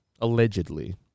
allegedly